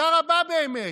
תודה רבה באמת.